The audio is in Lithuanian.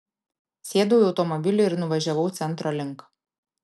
sėdau į automobilį ir nuvažiavau centro link